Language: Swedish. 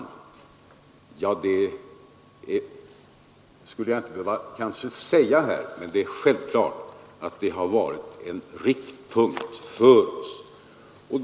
Det är självklart — och jag skulle kanske inte behöva säga det här — att det har varit en riktpunkt för oss.